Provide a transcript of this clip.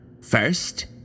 First